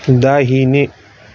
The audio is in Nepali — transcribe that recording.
दाहिने